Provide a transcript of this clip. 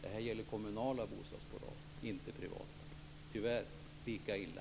Detta gäller kommunala bostadsbolag, inte privata - tyvärr lika illa!